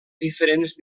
diferents